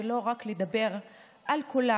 ולא רק לדבר על כולם.